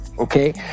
Okay